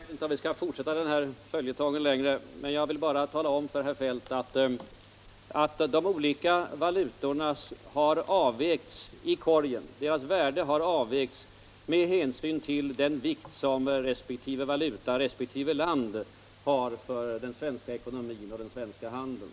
Herr talman! Jag tror inte att vi skall fortsätta den här följetongen längre. Jag vill bara tala om för herr Feldt att värdet av de olika valutorna i korgen har avvägts med hänsyn till den vikt som resp. valuta och resp. land har för den svenska ekonomin och den svenska handeln.